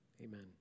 amen